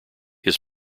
his